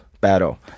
battle